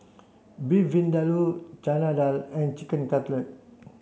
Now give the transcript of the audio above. Beef Vindaloo Chana Dal and Chicken Cutlet